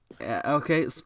Okay